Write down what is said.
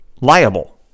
liable